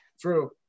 true